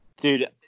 Dude